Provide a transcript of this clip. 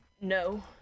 no